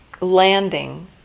landing